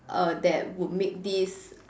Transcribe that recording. err that would make this